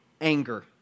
anger